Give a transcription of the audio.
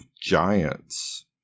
Giants